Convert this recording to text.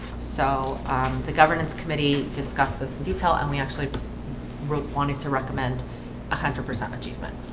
so the governance committee discussed this in detail, and we actually wrote wanted to recommend a hundred percent achievement